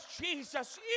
Jesus